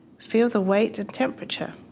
feel the weight and temperature.